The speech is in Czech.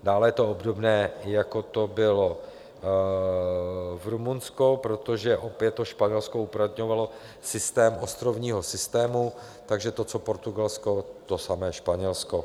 Dále je to obdobné, jako to bylo v Rumunsku, protože opět Španělsko uplatňovalo systém ostrovního systému, takže co Portugalsko, to samé Španělsko.